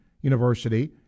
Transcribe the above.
University